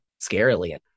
scarily